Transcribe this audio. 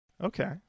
Okay